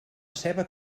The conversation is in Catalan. ceba